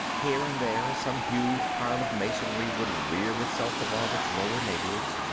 here and there, some huge pile of masonry would rear itself above its lower neighbors,